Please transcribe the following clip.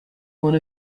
one